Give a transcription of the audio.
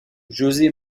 josé